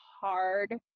hard